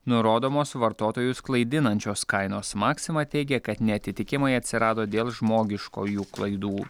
nurodomos vartotojus klaidinančios kainos maksima teigė kad neatitikimai atsirado dėl žmogiškojų klaidų